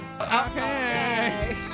Okay